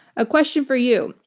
a question for you.